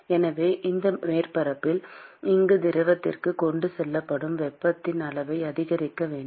எனவே இந்த மேற்பரப்பில் இருந்து திரவத்திற்கு கொண்டு செல்லப்படும் வெப்பத்தின் அளவை அதிகரிக்க வேண்டும்